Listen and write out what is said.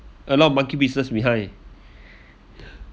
a lot of monkey business behind